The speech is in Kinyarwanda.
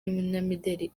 n’umunyamideli